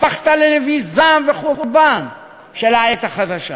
הפכת לנביא זעם וחורבן של העת החדשה.